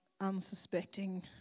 unsuspecting